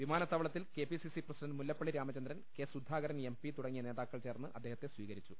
വിമാനത്താവളത്തിൽ KPCC president Mullappally Ramachandran K Sudhakaran MP തുട ങ്ങിയ നേതാക്കൾ ചേർന്ന് അദ്ദേഹത്തെ സ്വീകരിച്ചു